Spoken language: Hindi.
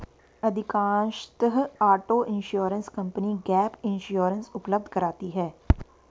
अधिकांशतः auto insurance company gap insurance उपलब्ध कराती है